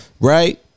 right